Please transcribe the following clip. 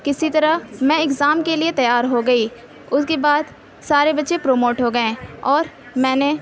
کسی طرح میں اگزام کے لیے تیار ہو گئی اس کے بعد سارے بچے پرموٹ ہو گئے اور میں نے